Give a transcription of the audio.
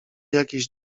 jakiejś